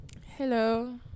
hello